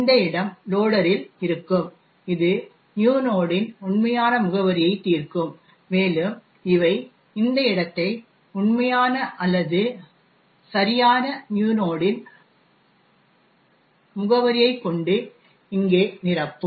இந்த இடம் லோடரில் இருக்கும் இது நியூ நோட்டின் உண்மையான முகவரியைத் தீர்க்கும் மேலும் இவை இந்த இடத்தை உண்மையான அல்லது சரியான நியூ நோட்டின் முகவரியை கொண்டு இங்கே நிரப்பும்